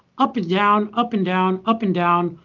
up and down, up and down, up and down.